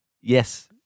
Yes